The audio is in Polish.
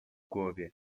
głowie